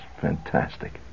Fantastic